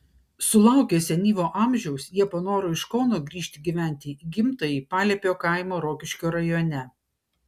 sulaukę senyvo amžiaus jie panoro iš kauno grįžti gyventi į gimtąjį paliepio kaimą rokiškio rajone